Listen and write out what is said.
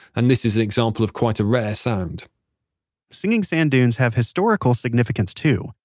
and this is an example of quite a rare sound singing sand dunes have historical significance too.